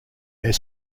their